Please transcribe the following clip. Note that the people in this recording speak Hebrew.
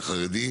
החרדי,